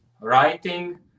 writing